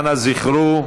אנא זכרו,